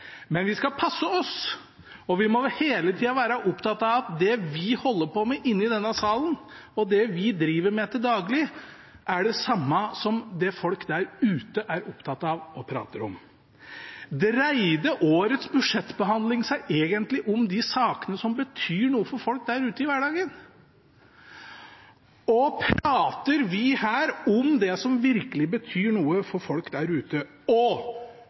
Men vi skal passe oss, og vi må hele tida være opptatt av at det vi holder på med inne i denne salen, og at det vi driver med til daglig, er det samme som det folk der ute er opptatt av og prater om. Dreide årets budsjettbehandling seg egentlig om de sakene som betyr noe for folk der ute, i hverdagen? Prater vi her om det som virkelig betyr noe for folk der ute? Skjønner de hva det prates om i denne salen? Og